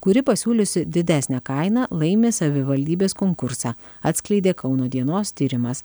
kuri pasiūliusi didesnę kainą laimi savivaldybės konkursą atskleidė kauno dienos tyrimas